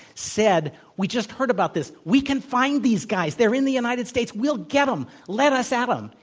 said, we just heard about this. we can find these guys. they're in the u nited states. we'll get them. let us at um